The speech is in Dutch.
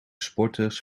sporters